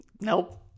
Nope